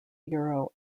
bureau